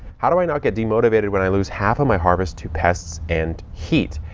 how do i not get demotivated when i lose half of my harvest to pests and heat?